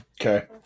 Okay